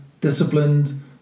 disciplined